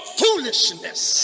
foolishness